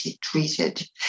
treated